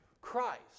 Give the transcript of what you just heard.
Christ